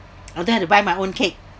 I don't have to buy my own cake